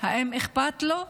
האם אכפת לו?